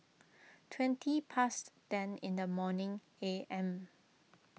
twenty past ten in the morning A M